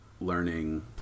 learning